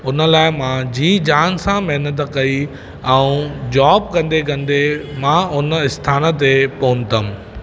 हुन लाइ मां जी जान सां महिनत कई ऐं जाॅब कंदे कंदे मां उन स्थान ते पहुतमि